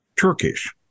Turkish